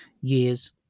years